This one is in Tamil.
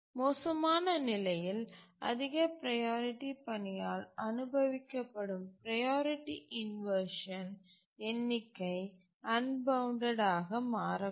மோசமான நிலையில் அதிக ப்ரையாரிட்டி பணியால் அனுபவிக்கப்படும் ப்ரையாரிட்டி இன்வர்ஷன் எண்ணிக்கை அன்பவுண்டட் ஆக மாறக்கூடும்